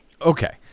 Okay